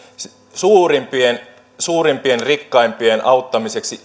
suurimpien suurimpien rikkaimpien auttamiseksi